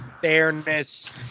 fairness